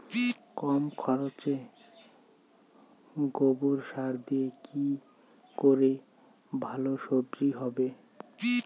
কম খরচে গোবর সার দিয়ে কি করে ভালো সবজি হবে?